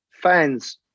Fans